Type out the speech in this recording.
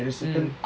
mm